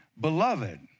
Beloved